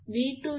𝑉2 என்பது 1